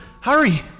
Hurry